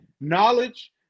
knowledge